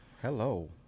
hello